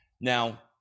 now